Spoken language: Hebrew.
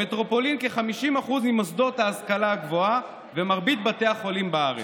במטרופולין כ-50% ממוסדות ההשכלה הגבוהה ומרבית בתי החולים בארץ,